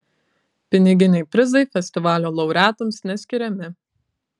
piniginiai prizai festivalio laureatams neskiriami